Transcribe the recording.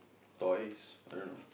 toys I don't know